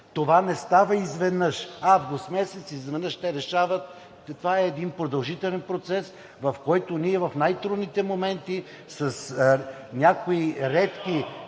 Това не става изведнъж – август месец изведнъж те решават. Та това е продължителен процес, в който ние в най-трудните моменти, с някои редки